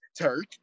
Turk